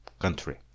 country